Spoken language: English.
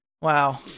Wow